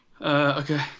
Okay